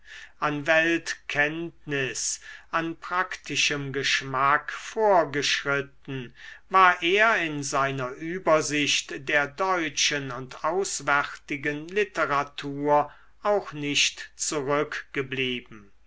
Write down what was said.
an weltkenntnis an praktischem geschick vorgeschritten war er in seiner übersicht der deutschen und auswärtigen literatur auch nicht zurückgeblieben